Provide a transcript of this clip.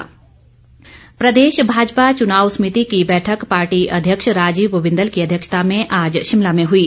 भाजपा बैठक प्रदेश भाजपा चुनाव सभिति की बैठक पार्टी अध्यक्ष राजीव बिंदल की अध्यक्षता में आज शिमला में हुई